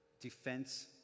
defense